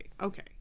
okay